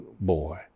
boy